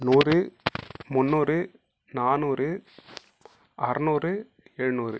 நூறு முந்நூறு நானூறு அறநூறு எழுநூறு